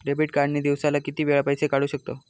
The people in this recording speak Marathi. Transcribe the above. डेबिट कार्ड ने दिवसाला किती वेळा पैसे काढू शकतव?